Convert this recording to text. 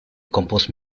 compose